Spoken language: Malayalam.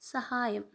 സഹായം